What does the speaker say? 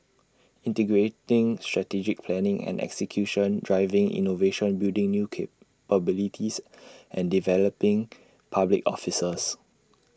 integrating strategic planning and execution driving innovation building new capabilities and developing public officers